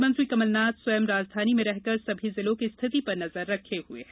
मुख्यमंत्री कमल नाथ स्वयं राजधानी में रहकर सभी जिलों की स्थिति पर नजर रखे हुए हैं